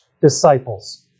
disciples